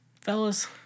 fellas